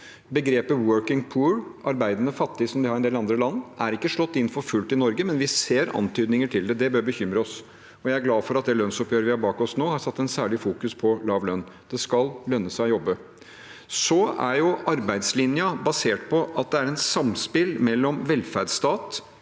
en del andre land, har ikke slått inn for fullt i Norge, men vi ser antydninger til det. Det bør bekymre oss. Jeg er glad for at det lønnsoppgjøret vi har bak oss nå, har fokusert særlig på lav lønn. Det skal lønne seg å jobbe. Arbeidslinja er basert på at det er et samspill mellom velferdsstat